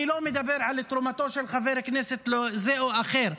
אני לא מדבר על תרומתו של חבר כנסת זה או אחר,